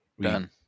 Done